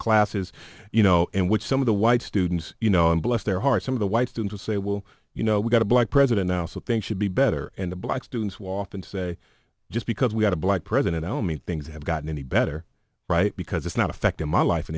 classes you know in which some of the white students you know and bless their hearts some of the whites didn't say will you know we got a black president now so think should be better and the black students will often say just because we had a black president i mean things have gotten any better right because it's not affecting my life in